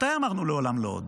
מתי אמרנו "לעולם לא עוד"?